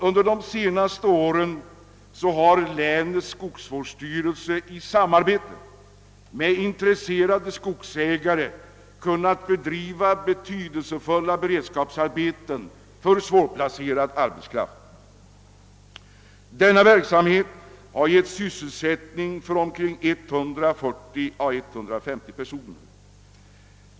Under de senaste åren har länets skogsvårdsstyrelse i samarbete med intresserade skogsägare kunnat bedriva betydelsefulla beredskapsarbeten för svårplacerad arbetskraft. Denna verksamhet har givit sysselsättning för 140 å 150 personer.